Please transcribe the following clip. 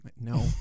No